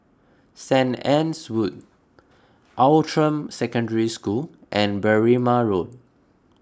St Anne's Wood Outram Secondary School and Berrima Road